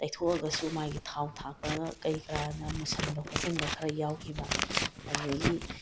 ꯇꯩꯊꯣꯛꯑꯒꯁꯨ ꯃꯥꯒꯤ ꯊꯥꯎ ꯊꯥꯛꯄ ꯀꯔꯤ ꯀꯔꯥꯅ ꯃꯨꯁꯤꯟꯕ ꯈꯣꯠꯆꯤꯟꯕ ꯈꯔ ꯌꯥꯎꯈꯤꯕ ꯑꯗꯨꯗꯒꯤ